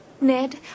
Ned